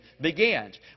begins